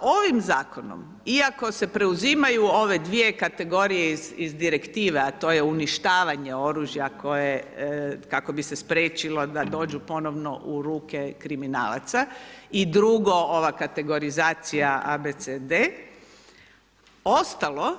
A ovim zakonom iako se preuzimaju ove dvije kategorije iz direktive a to je uništavanje oružja kako bi se spriječilo da dođu ponovno u ruke kriminalaca i drugo, ova kategorizacija A, B, C, D ostalo